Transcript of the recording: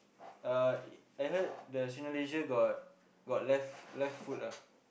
uh I heard the Cineleisure got got left left food ah